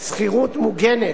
שכירות מוגנת,